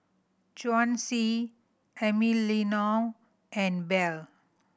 Chauncy Emiliano and Bell